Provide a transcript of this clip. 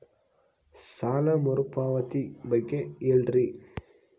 ಸಾಲ ಮರುಪಾವತಿ ಬಗ್ಗೆ ಹೇಳ್ರಿ?